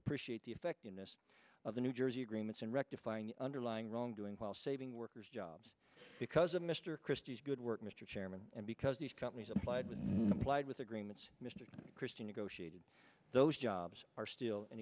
appreciate the effectiveness of the new jersey agreements and rectifying underlying wrongdoing while saving workers jobs because of mr christie's good work mr chairman and because these companies applied plied with agreements mr christie negotiated those jobs are still in